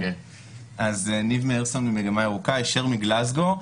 אני ממגמה ירוקה, היישר מגלזגו.